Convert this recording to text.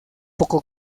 poco